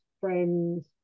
friends